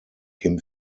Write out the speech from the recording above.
kim